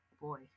boy